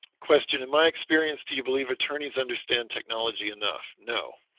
question in my experience. do you believe attorneys understand technology enough? no,